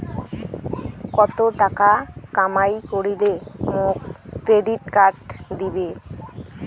কত টাকা কামাই করিলে মোক ক্রেডিট কার্ড দিবে?